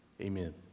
amen